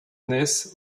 naissent